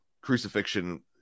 crucifixion